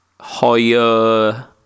higher